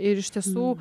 ir iš tiesų